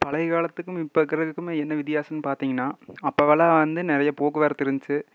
பழைய காலத்துக்கும் இப்போ இருக்கிறதுக்கும் என்ன வித்தியாசம்னு பார்த்திங்கன்னா அப்பல்லாம் வந்து நிறைய போக்குவரத்து இருந்துச்சு